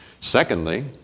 Secondly